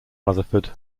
rutherford